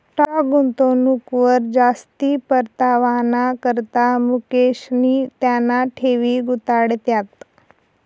stock गुंतवणूकवर जास्ती परतावाना करता मुकेशनी त्याना ठेवी गुताड्यात